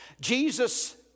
Jesus